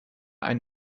ein